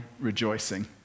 rejoicing